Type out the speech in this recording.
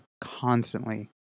constantly